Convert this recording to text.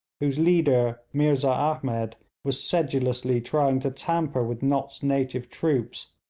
whose leader meerza ahmed was sedulously trying to tamper with nott's native troops,